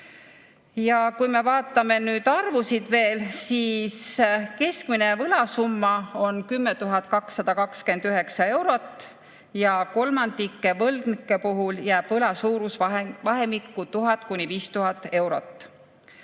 Kui me vaatame arvusid veel, siis keskmine võlasumma on 10 229 eurot ja kolmandiku võlgnike puhul jääb võla suurus vahemikku 1000–5000 eurot.